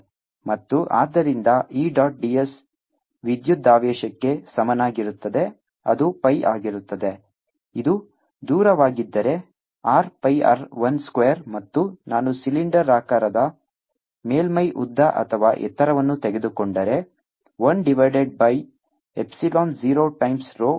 ಮತ್ತು ಆದ್ದರಿಂದ E dot ds ವಿದ್ಯುದಾವೇಶಕ್ಕೆ ಸಮನಾಗಿರುತ್ತದೆ ಅದು pi ಆಗಿರುತ್ತದೆ ಇದು ದೂರವಾಗಿದ್ದರೆ r pi r 1 ಸ್ಕ್ವೇರ್ ಮತ್ತು ನಾನು ಸಿಲಿಂಡರಾಕಾರದ ಮೇಲ್ಮೈಯ ಉದ್ದ ಅಥವಾ ಎತ್ತರವನ್ನು ತೆಗೆದುಕೊಂಡರೆ l divided by epsilon 0 times rho